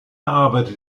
arbeitete